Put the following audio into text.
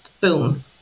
Boom